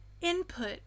input